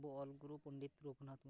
ᱟᱵᱚ ᱚᱞᱜᱩᱨᱩ ᱯᱚᱱᱰᱤᱛ ᱨᱜᱷᱩᱱᱟᱛᱷ ᱢᱩᱨᱢᱩ